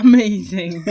Amazing